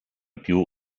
più